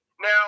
Now